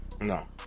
no